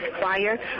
fire